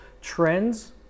trends